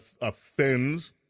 offends